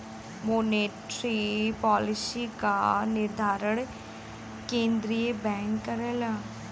monetary policy क निर्धारण केंद्रीय बैंक करला